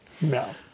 No